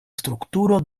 strukturo